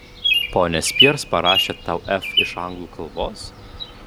ponia spears parašė tau f iš anglų kalbos